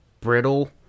brittle